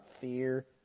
fear